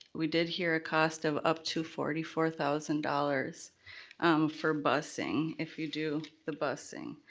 we did hear a cost of up to forty four thousand dollars for busing, if you do the busing,